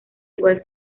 igual